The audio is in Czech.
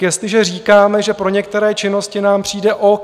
Jestliže říkáme, že pro některé činnosti nám přijde o.